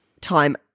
time